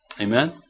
Amen